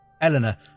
Eleanor